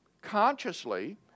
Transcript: consciously